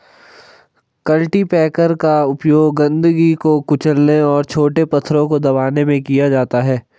cultipacker का उपयोग गंदगी को कुचलने और छोटे पत्थरों को दबाने में किया जाता है